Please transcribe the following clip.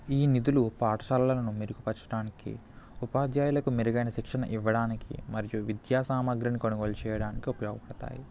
ఈ నిధులు పాఠశాలలను మెరుగుపరచడానికి ఉపాధ్యాయులకు మెరుగైన శిక్షణ ఇవ్వడానికి మరియు విద్యాసామాగ్రిని కొనుగోలు చేయడానికి ఉపయోగపడతాయి